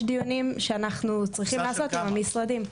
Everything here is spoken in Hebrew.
דיונים שאנחנו צריכים לעשות עם המשרדים.